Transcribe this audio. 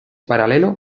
paralelo